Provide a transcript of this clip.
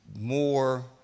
more